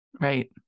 Right